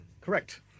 Correct